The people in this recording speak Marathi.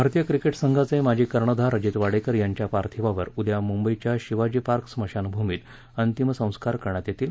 भारतीय क्रिकेट संघाचे माजी कर्णधार अजित वाडेकर यांच्या पार्थिवावरउद्या मुंबईच्या शिवाजी पार्क स्मशानभूमीत अंतिम संस्कार करण्यात येतील